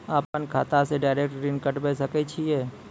अपन खाता से डायरेक्ट ऋण कटबे सके छियै?